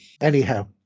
anyhow